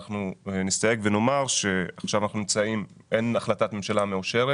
רק נסתייג ונאמר שעוד אין החלטת ממשלה מאושרת